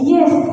Yes